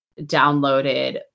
downloaded